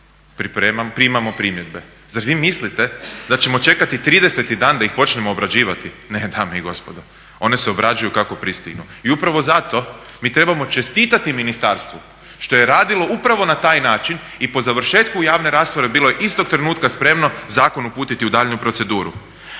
primamo primjedbe. Zar vi mislite da ćemo čekati 30. dan da ih počnemo obrađivati? Ne, dame i gospodo, one se obrađuju kako pristignu. I upravo zato mi trebamo čestitati ministarstvu što je radilo upravo na taj način i po završetku javne rasprave bilo istog trenutka spremno zakon uputiti u daljnju proceduru.